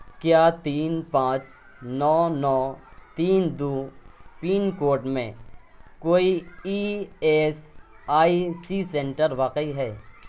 کیا تین پانچ نو نو تین دو پن کوڈ میں کوئی E S I C centre واقع ہے